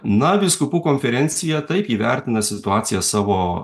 na vyskupų konferencija taip ji vertina situaciją savo